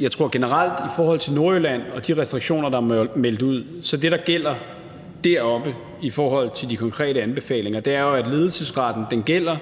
Jeg tror generelt i forhold til Nordjylland og de restriktioner, der er meldt ud, at så er det, der gælder deroppe i forhold til de konkrete anbefalinger, at ledelsesretten gælder,